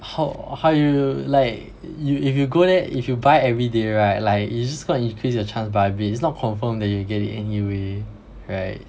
how how ar~ yo~ like you if you go there if you buy everyday right like it's just gonna increase your chance by a bit it's not confirm that you get it anyway right